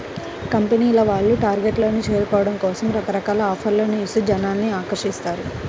కంపెనీల వాళ్ళు టార్గెట్లను చేరుకోవడం కోసం రకరకాల ఆఫర్లను ఇస్తూ జనాల్ని ఆకర్షిస్తారు